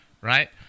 Right